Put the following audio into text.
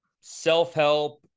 self-help